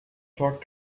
talk